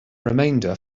remainder